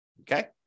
Okay